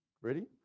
Ready